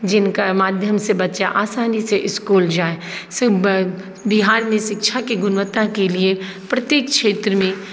जिनका माध्यमसँ बच्चा आसानीसँ इसकुल जाइ से बिहारमे शिक्षाके गुणवत्ताके लिए प्रत्येक क्षेत्रमे